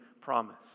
promise